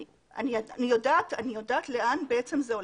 אני יודעת לאן זה הולך.